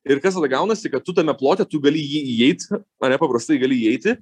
ir kas tada gaunasi kad tu tame plote tu gali į jį įeit ane paprastai gali įeiti